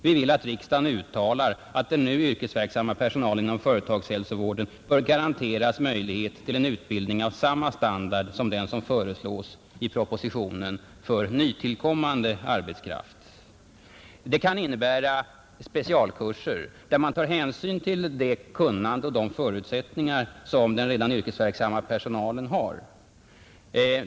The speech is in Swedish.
Vi vill att riksdagen uttalar att den nu yrkesverksamma personalen inom företagshälsovården bör garanteras möjlighet till en utbildning av samma standard som den som föreslås i propositionen för nytillkommande arbetskraft. Det kan innebära specialkurser när man tar hänsyn till det kunnande och de förutsättningar som den redan yrkesverksamma personalen har.